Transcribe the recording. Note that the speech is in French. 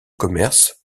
commerce